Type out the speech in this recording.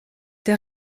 der